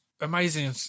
amazing